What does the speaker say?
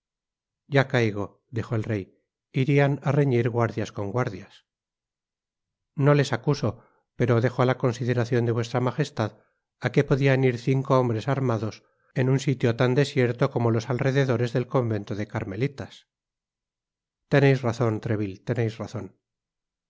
ya caigo dijo el rey irian á reñir guardias con guardias i no les acuso pero dejo á la consideracion de vuestra magestad a qué podian ir cinco hombres armados en un sitio tan desierto como los alrededores del convento de carmelitas t teneis razon treville teneis razon